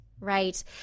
Right